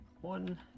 one